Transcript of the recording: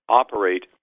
operate